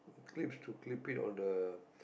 clips to clip it on the